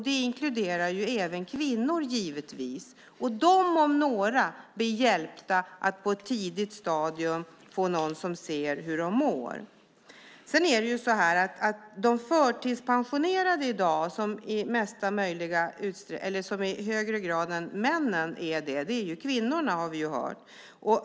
Det inkluderar givetvis även kvinnor, och de om några blir hjälpta att på ett tidigt stadium få någon som ser hur de mår. Att de som i dag i högre grad är sjukskrivna är kvinnorna har vi hört.